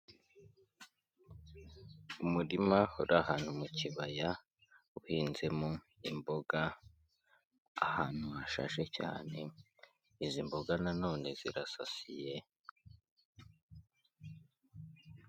Umurima uri ahantu mu kibaya, uhinzemo imboga ahantu hashaje cyane, izi mboga nanone zirasasiye.